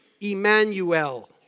Emmanuel